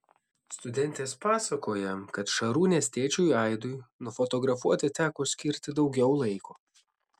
studentės pasakoja kad šarūnės tėčiui aidui nufotografuoti teko skirti daugiau laiko